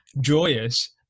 joyous